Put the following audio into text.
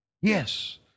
Yes